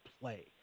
play